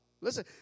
listen